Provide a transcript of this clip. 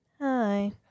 Hi